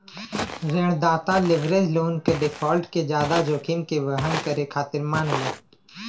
ऋणदाता leverage loan क default के जादा जोखिम के वहन करे खातिर मानला